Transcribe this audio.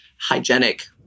hygienic